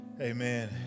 Amen